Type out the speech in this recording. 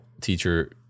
teacher